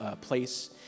place